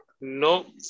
No